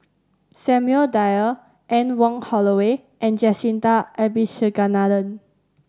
Samuel Dyer Anne Wong Holloway and Jacintha Abisheganaden